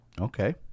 Okay